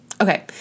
Okay